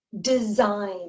design